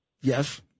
Yes